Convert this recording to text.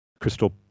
crystal